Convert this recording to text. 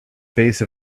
base